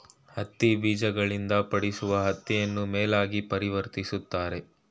ಹತ್ತಿ ಬೀಜಗಳಿಂದ ಪಡಿಸುವ ಹತ್ತಿಯನ್ನು ಮೇಲಾಗಿ ಪರಿವರ್ತಿಸುತ್ತಾರೆ